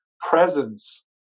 presence